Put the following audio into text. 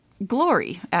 Glory